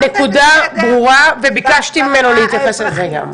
הנקודה ברורה, וביקשתי ממנו להתייחס לזה גם.